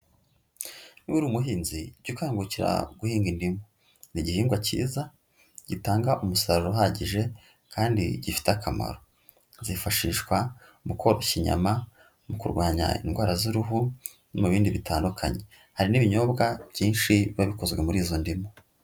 Niba uri umuhinzi jya ukangukira guhinga indimu, ni igihingwa kiza gitanga umusaruro uhagije kandi gifite akamaro, zifashishwa mu koroshya inyama mu kurwanya indwara z'uruhu no mu bindi bitandukanye, hari n'ibinyobwa byinshi baba bikozwa muri izo ndimu.